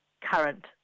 current